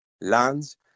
lands